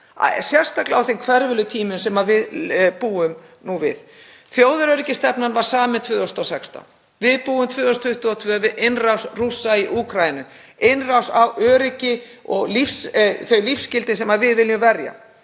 sérstaklega á þeim hverfulu tímum sem við búum nú við. Þjóðaröryggisstefnan var samin 2016. Við búum nú árið 2022 við innrás Rússa í Úkraínu, innrás í öryggi og þau lífsgildi sem við viljum verja.